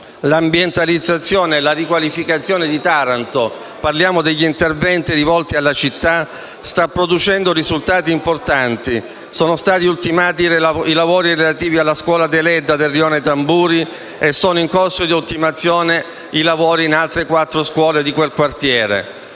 l'ambientalizzazione e la riqualificazione di Taranto - parliamo degli interventi rivolti alla città - sta producendo risultati importanti: sono stati ultimati i lavori relativi alla scuola Deledda del rione Tamburi e sono in corso di ultimazione i lavori di riqualificazione delle altre quattro scuole di quel quartiere;